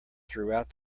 throughout